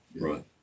right